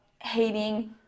hating